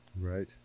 Right